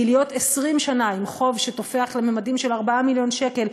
כי להיות 20 שנה עם חוב שתופח לממדים של 4 מיליון שקל,